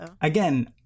Again